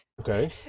okay